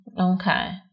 Okay